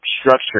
structure